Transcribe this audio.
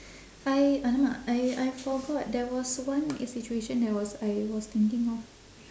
I !alamak! I I forgot there was one situation I was I was thinking of